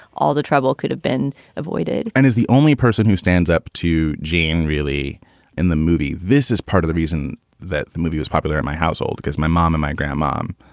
all the trouble could have been avoided and is the only person who stands up to jean really in the movie. this is part of the reason that the movie was popular in my household because my mom and my grand mom,